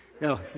No